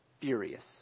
Furious